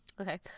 okay